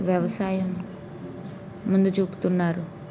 వ్యవసాయం ముందు చూపుతున్నారు